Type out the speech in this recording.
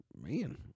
man